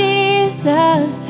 Jesus